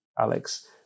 Alex